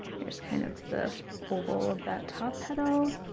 here's kind of the oval of that top petal